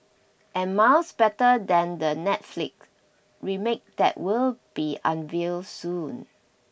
and miles better than the Netflix remake that will be unveiled soon